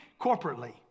corporately